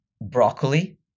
broccoli